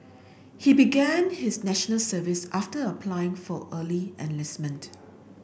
he began his National Service after applying for early enlistment